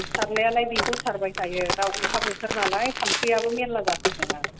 सारनायालाय बेखौ सारबाय थायो दा अखा बोथोर नालाय थाम्फैआबो मेरला जाथारदों आरो